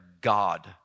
God